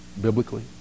biblically